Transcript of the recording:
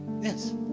Yes